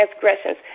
transgressions